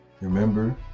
remember